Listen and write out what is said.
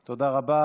תודה רבה.